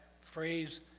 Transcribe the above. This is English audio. phrase